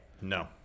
No